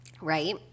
Right